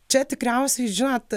čia tikriausiai žinot